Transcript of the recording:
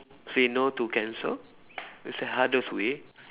say no to cancer it's the hardest way